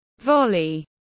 volley